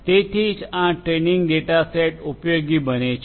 તેથી જ આ ટ્રેનિંગ ડેટાસેટ ઉપયોગી બને છે